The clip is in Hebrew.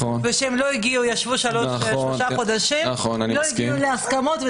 הם ישבו שלושה חודשים ולא הגיעו להסכמות,